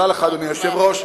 אדוני היושב-ראש,